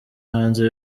hanze